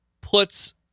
puts